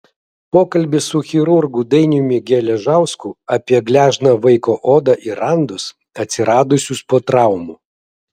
pokalbis su chirurgu dainiumi geležausku apie gležną vaiko odą ir randus atsiradusius po traumų